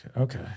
okay